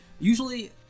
Usually